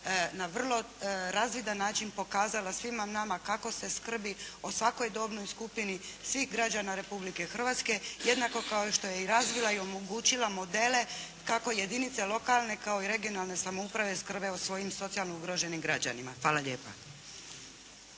na vrlo razvidan način pokazala svima nama kako se skrbi o svakoj dobnoj skupini svih građana Republike Hrvatske, jednako kao što je i razvila i omogućila modele kako jedinice lokalne kao i regionalne samouprave skrbe o svojim socijalno ugroženim građanima. Hvala lijepa.